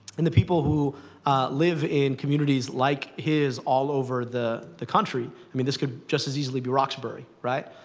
and the people who live in communities like his all over the the country i mean, this could just as easily be roxbury, right